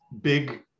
big